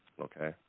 Okay